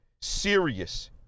serious